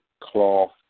cloth